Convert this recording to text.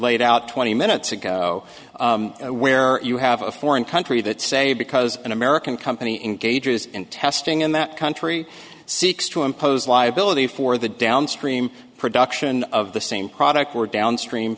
laid out twenty minutes ago where you have a foreign country that say because an american company engages in testing in that country seeks to impose liability for the downstream production of the same product or downstream